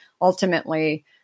ultimately